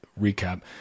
recap